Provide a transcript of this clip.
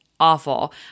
awful